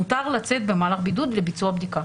ומותר לצאת במהלך הבידוד לביצוע הבדיקה.